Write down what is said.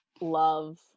love